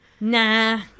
Nah